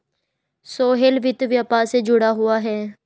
सोहेल वित्त व्यापार से जुड़ा हुआ है